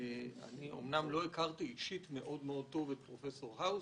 אמנם לא הכרתי אישית את פרופסור האוזר,